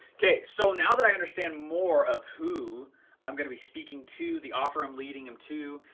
okay, so now that i understand more of who i'm going to be speaking to, the offer i'm leading him to,